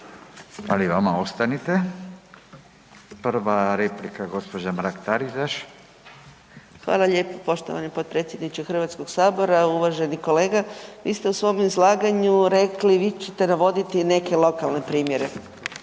Hvala i vama, ostanite. Prva replika gospođa Mrak Taritaš. **Mrak-Taritaš, Anka (GLAS)** Hvala lijepo poštovani potpredsjedniče Hrvatskog sabora. Uvaženi kolega vi ste u svom izlaganju rekli vi ćete navoditi i neke lokalne primjere, ali